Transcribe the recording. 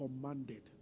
commanded